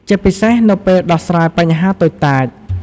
ជាពិសេសនៅពេលដោះស្រាយបញ្ហាតូចតាច។